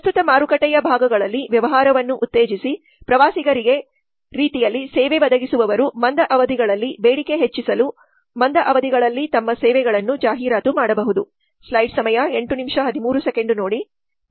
ಪ್ರಸ್ತುತ ಮಾರುಕಟ್ಟೆಯ ಭಾಗಗಳಲ್ಲಿ ವ್ಯವಹಾರವನ್ನು ಉತ್ತೇಜಿಸಿ ಪ್ರವಾಸಿಗರಿಗೆ ರೀತಿಯಲ್ಲಿ ಸೇವೆ ಒದಗಿಸುವವರು ಮಂದ ಅವಧಿಗಳಲ್ಲಿ ಬೇಡಿಕೆ ಹೆಚ್ಚಿಸಲು ಮಂದ ಅವಧಿಗಳಲ್ಲಿ ತಮ್ಮ ಸೇವೆಗಳನ್ನು ಜಾಹೀರಾತು ಮಾಡಬಹುದು